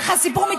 אין חקירה,